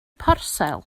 parsel